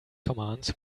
commands